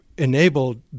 enabled